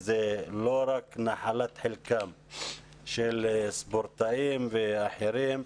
זה לא רק נחלת חלקם של ספורטאים ואחרים.